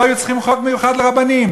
לא היו צריכים חוק מיוחד לרבנים.